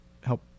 help